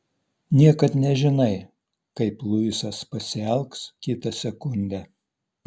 niekad nežinai kaip luisas pasielgs kitą sekundę